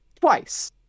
twice